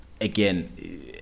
again